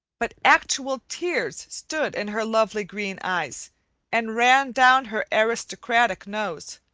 but actual tears stood in her lovely green eyes and ran down her aristocratic nose,